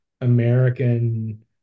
American